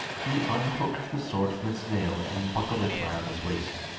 he unhooked the sword from its nail and buckled it round his waist.